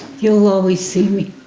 you'll always see me.